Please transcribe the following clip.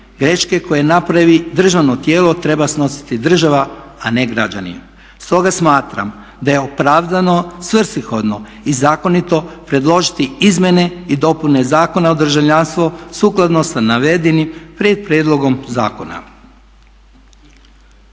greške koje napravi državno tijelo treba snositi država, a ne građani. Stoga smatram da je opravdano, svrsishodno i zakonito predložiti izmjene i dopune Zakona o državljanstvu sukladno sa navedenim prijedlogom zakona.